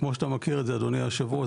כמו שאתה מכיר את זה אדוני היושב ראש,